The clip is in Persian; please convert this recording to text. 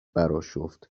براشفت